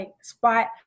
spot